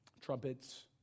Trumpets